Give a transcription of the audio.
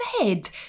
ahead